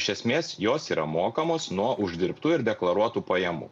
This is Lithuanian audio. iš esmės jos yra mokamos nuo uždirbtų ir deklaruotų pajamų